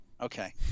Okay